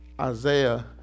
Isaiah